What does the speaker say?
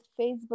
Facebook